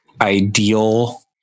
ideal